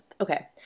Okay